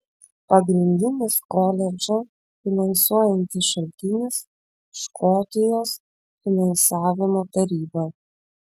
pagrindinis koledžą finansuojantis šaltinis škotijos finansavimo taryba